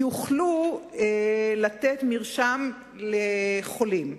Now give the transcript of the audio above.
יוכלו לתת מרשם לחולים.